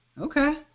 Okay